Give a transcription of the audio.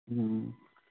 ꯎꯝ